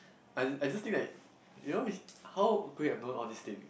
I I just think that you know he how could he have known all these thing